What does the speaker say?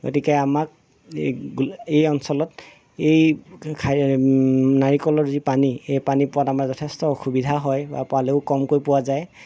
গতিকে আমাক এই অঞ্চলত এই নাৰিকলৰ যি পানী এই পানী পোৱাত যথেষ্ট অসুবিধা হয় বা পালেও কমকৈ পোৱা যায়